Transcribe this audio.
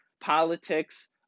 Politics